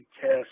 test